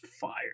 fire